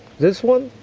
this one,